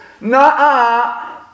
No